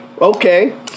okay